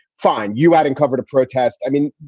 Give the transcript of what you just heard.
fine. you having covered a protest? i mean,